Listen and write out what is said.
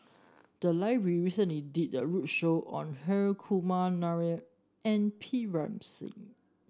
the library recently did a roadshow on Hri Kumar Nair and Pritam Singh